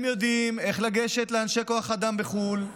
הם יודעים איך לגשת לאנשי כוח אדם בחו"ל,